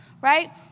right